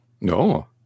No